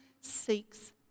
seeks